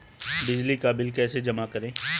बिजली का बिल कैसे जमा करें?